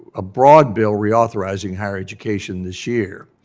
a broad bill reauthorizing higher education this year.